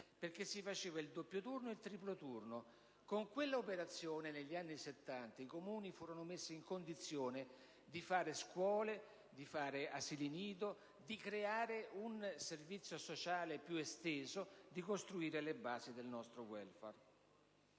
perché si faceva, appunto, il doppio e il triplo turno. Con quella operazione, negli anni Settanta, i Comuni furono messi in condizione di costruire scuole e asili nido, di creare un servizio sociale più esteso, di costruire le basi del nostro *welfare*.